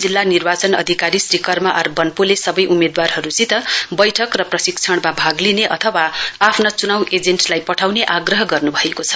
जिल्ला निर्वाचन अधिकारी श्री कर्म आर वन्पोले सवै उम्मेदवारहरुसित वैठक र प्रशिक्षणमा भाग लिने अथवा आफ्ना चुनाउ एजेन्टलाई पठाउने आग्रह गर्नुभएको छ